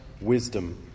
wisdom